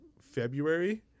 February